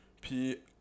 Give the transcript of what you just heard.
Puis